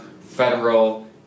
Federal